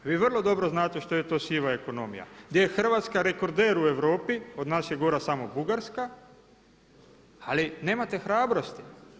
Vi vrlo dobro znate što je to siva ekonomija, gdje je Hrvatska rekorder u Europi, od nas je gora samo Bugarska, ali nemate hrabrosti.